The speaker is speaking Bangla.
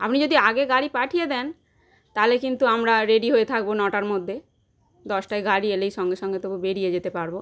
আপনি যদি আগে গাড়ি পাঠিয়ে দেন তাহলে কিন্তু আমরা রেডি হয়ে থাকবো নটার মধ্যে দশটায় গাড়ি এলেই সঙ্গে সঙ্গে তবু বেরিয়ে যেতে পারবো